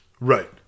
Right